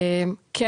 כן,